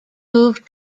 moved